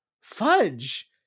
fudge